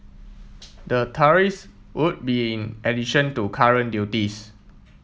the tariffs would be in addition to current duties